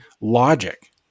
logic